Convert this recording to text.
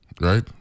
right